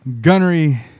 Gunnery